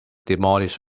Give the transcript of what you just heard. demolish